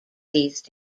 these